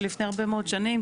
לפני הרבה מאוד שנים,